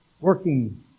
working